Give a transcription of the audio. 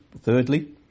thirdly